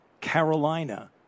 Carolina